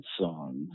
songs